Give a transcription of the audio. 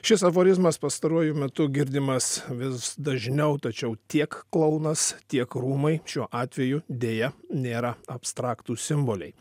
šis aforizmas pastaruoju metu girdimas vis dažniau tačiau tiek klounas tiek rūmai šiuo atveju deja nėra abstraktūs simboliai